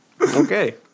Okay